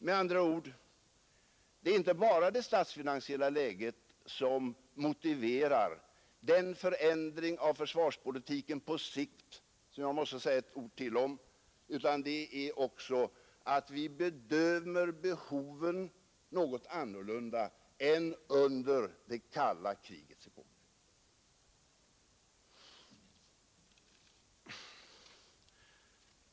Med andra ord, det är inte bara det statsfinansiella läget som motiverar den förändring av försvarspolitiken på sikt som jag måste säga ett ord till om, utan det är också att vi bedömer behoven något annorlunda än under det kalla krigets år.